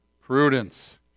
prudence